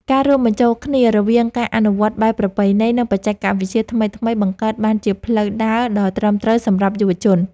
ការរួមបញ្ចូលគ្នារវាងការអនុវត្តបែបប្រពៃណីនិងបច្ចេកវិទ្យាថ្មីៗបង្កើតបានជាផ្លូវដើរដ៏ត្រឹមត្រូវសម្រាប់យុវជន។